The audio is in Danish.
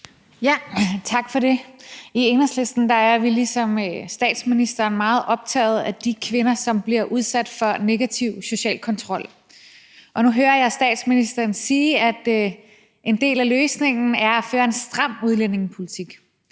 Tak for det. I Enhedslisten er vi ligesom statsministeren meget optaget af de kvinder, som bliver udsat for negativ social kontrol, og nu hører jeg statsministeren sige, at en del af løsningen er at føre en stram udlændingepolitik.